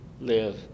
live